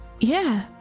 Yeah